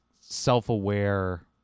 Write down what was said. self-aware